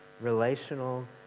relational